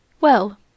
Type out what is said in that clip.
Well